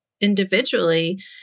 individually